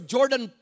Jordan